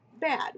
bad